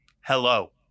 Hello